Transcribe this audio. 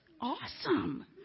Awesome